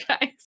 guys